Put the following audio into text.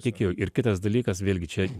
tikėjo ir kitas dalykas vėlgi čia ne